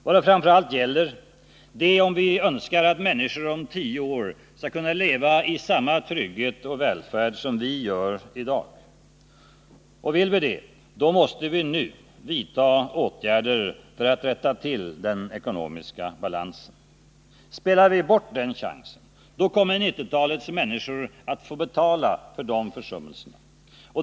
Vad det framför allt gäller är, att om vi önskar att människor om tio år skall kunna leva i samma trygghet och välfärd som vi gör i dag, måste vi nu vidta åtgärder för att rätta till den ekonomiska balansen. Spelar vi bort den chansen, kommer 1990-talets människor att få betala för våra försummelser.